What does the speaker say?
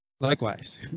Likewise